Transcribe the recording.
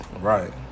right